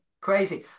crazy